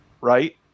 right